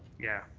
yeah.